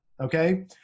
okay